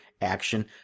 action